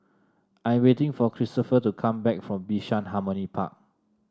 I'm waiting for Christopher to come back from Bishan Harmony Park